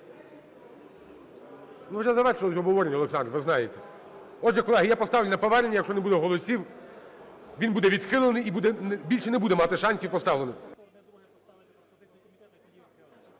Ми вже завершили обговорення, Олександр, ви знаєте. Отже, колеги, я поставлю на повернення. Якщо не буде голосів, він буде відхилений і більше не буде мати шансів поставлений.